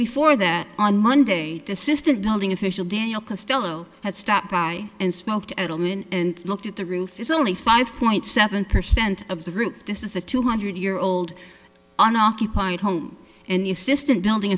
before that on monday the assistant building official daniel costello had stopped by and smoked adelman and looked at the roof is only five point seven percent of the roof this is a two hundred year old unoccupied home and the system building